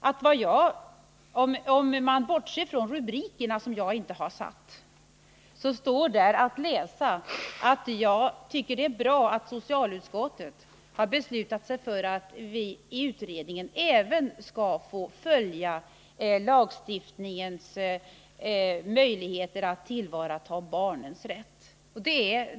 Om man bortser från rubrikerna, som jag inte har satt, så står där att läsa att jag tycker det är bra att socialutskottet har beslutat sig för att utredningen även skall få följa lagstiftningens möjligheter att tillvarata barnens rätt.